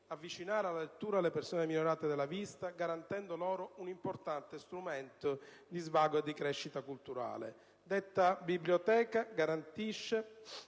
avvicinare alla lettura le persone minorate della vista, garantendo loro un importante strumento di svago e di crescita culturale. Detta biblioteca garantisce